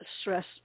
stress